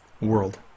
world